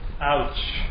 ouch